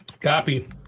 Copy